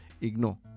ignore